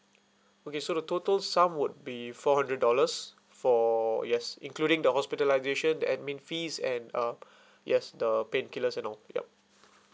okay so the total sum would be four hundred dollars for yes including the hospitalisation the admin fees and uh yes the painkillers and all yup